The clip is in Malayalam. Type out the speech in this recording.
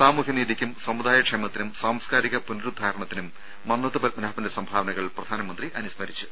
സാമൂഹ്യ നീതിയ്ക്കും സമുദായ ക്ഷേമത്തിനും സാംസ്കാരിക പുനരുദ്ധാരണത്തിനും മന്നത്ത് പത്മനാഭന്റെ സംഭാവനകൾ പ്രധാനമന്ത്രി അനുസ്മരിച്ചു